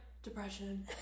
Depression